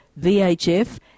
VHF